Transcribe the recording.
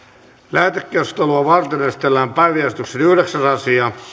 lähetekeskustelua varten esitellään päiväjärjestyksen yhdeksäs asia